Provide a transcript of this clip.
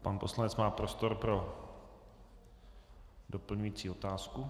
Pan poslanec má prostor pro doplňující otázku.